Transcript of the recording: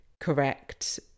correct